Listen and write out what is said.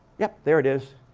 yeah, there it is.